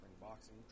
boxing